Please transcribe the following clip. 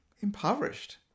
impoverished